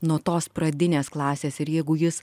nuo tos pradinės klasės ir jeigu jis